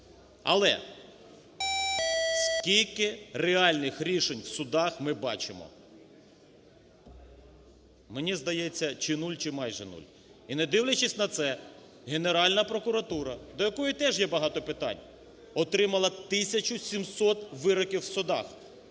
Але скільки реальних рішень в судах ми бачимо? Мені здається, чи нуль, чи майже нуль. І не дивлячись на це, Генеральна прокуратура, до якої теж є багато питань, отримала тисячу 700 вироків в судах.